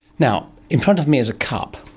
now, in front of me is a cup,